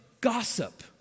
gossip